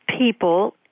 people